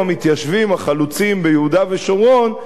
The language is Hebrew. החלוצים ביהודה ושומרון: תשמעו,